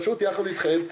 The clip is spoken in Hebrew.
פשוט יחד איתכם,